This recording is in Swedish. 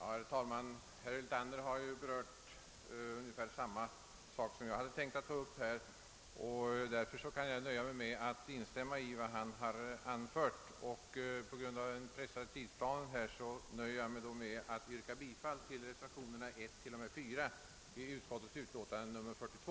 Herr talman! Herr Hyltander har berört ungefär samma frågor som jag hade tänkt ta upp, och jag kan instämma i vad han har anfört. På grund av den pressade tidsplanen nöjer jag mig med att yrka bifall till reservationerna 1 t.o.m. 4 som är fogade vid första lagutskottets utlåtande nr 42.